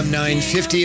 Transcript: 950